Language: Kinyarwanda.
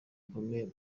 bikomeye